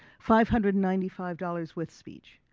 five hundred and ninety five dollars with speech,